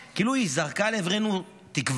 כאילו היא זרקה לעברנו תקווה.